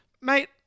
Mate